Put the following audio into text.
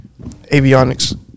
avionics